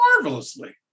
marvelously